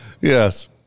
Yes